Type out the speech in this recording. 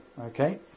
okay